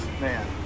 Man